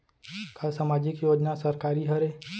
का सामाजिक योजना सरकारी हरे?